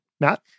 Matt